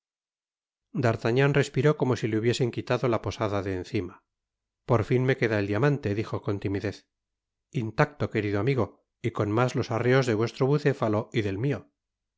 d'artagnan respiró como si le hubiesen quitado la posada de encima por fin me queda el diamante dijo con timidez intacto querido amigo y con mas los arreos de vuestro bucéfalo y det mio